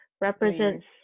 represents